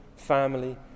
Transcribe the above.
family